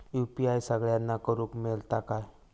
UPI सगळ्यांना करुक मेलता काय?